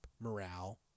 morale